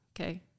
okay